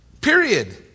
Period